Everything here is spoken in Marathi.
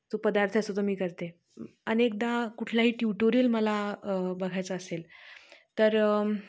जो पदार्थ असतो तो मी करते अनेकदा कुठलाही ट्युटोरियल मला बघायचं असेल तर